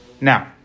Now